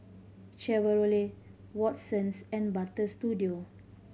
Chevrolet Watsons and Butter Studio